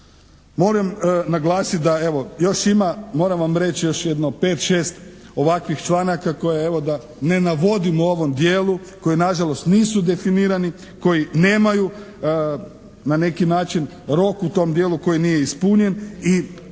Moram naglasiti da, evo, još ima, moram vam reći još jedno 5, 6 ovakvih članaka koje evo, da ne navodim u ovom dijelu, koji nažalost nisu definirani, koji nemaju na neki način rok u tom dijelu koji nije ispunjen.